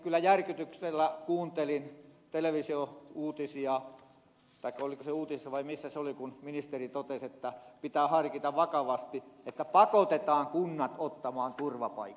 kyllä järkytyksellä kuuntelin televisiouutisia taikka oliko se uutisissa vai missä se oli kun ministeri totesi että pitää harkita vakavasti että pakotetaan kunnat ottamaan turvapaikanhakijoita